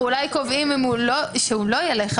אנחנו אולי קובעים שהוא לא ילך,